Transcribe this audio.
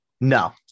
no